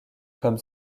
comme